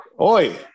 Oi